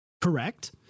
correct